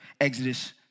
Exodus